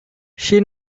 she